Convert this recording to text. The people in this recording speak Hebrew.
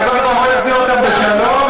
והקדוש-ברוך הוא יחזיר אותם בשלום.